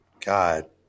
God